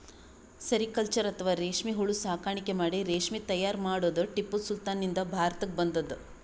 sericulture ಅಥವಾ ರೇಶ್ಮಿ ಹುಳ ಸಾಕಾಣಿಕೆ ಮಾಡಿ ರೇಶ್ಮಿ ತೈಯಾರ್ ಮಾಡದ್ದ್ ಟಿಪ್ಪು ಸುಲ್ತಾನ್ ನಿಂದ್ ಭಾರತಕ್ಕ್ ಬಂದದ್